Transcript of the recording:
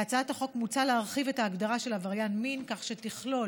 בהצעת החוק מוצע להרחיב את ההגדרה של "עבריין מין" כך שתכלול